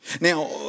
Now